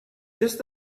just